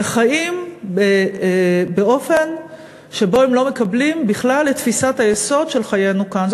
וחיים באופן שבו הם לא מקבלים בכלל את תפיסת היסוד של חיינו כאן.